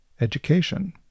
education